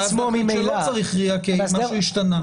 ואז להחליט שלא צריך RIA כי משהו השתנה.